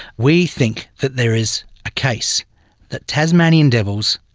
we think that there is a case that tasmanian devils,